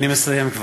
אני מסיים.